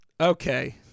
Okay